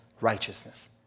righteousness